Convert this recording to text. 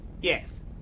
Yes